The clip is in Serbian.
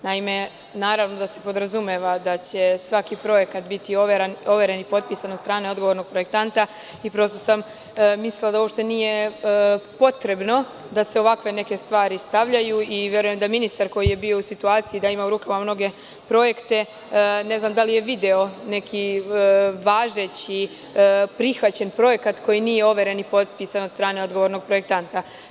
Naime, naravno da se podrazumeva da će svaki projekat biti overen i potpisan od strane odgovornog projektanta i prosto sam mislila da uopšte nije potrebno da se neke ovakve stvari stavljaju i verujem da ministar koji je bio u situaciji da ima u rukama mnoge projekte, ne znam da li je video neki važeći, prihvaćeni projekat, a da nije overen i potpisan od strane odgovornog projektanta?